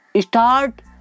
start